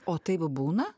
o taip būna